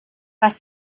was